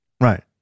right